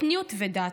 אתניות ודת,